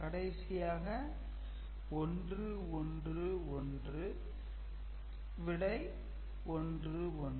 கடைசியாக 1 1 1 ன் விடை 1 1